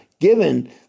given